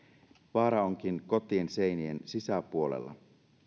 vaara onkin kotien seinien sisäpuolella